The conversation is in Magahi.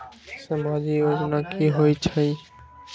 समाजिक योजना की होई छई?